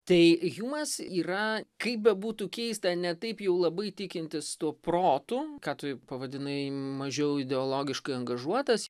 tai hjumas yra kaip bebūtų keista ne taip jau labai tikintis tuo protu ką tu pavadinai mažiau ideologiškai angažuotas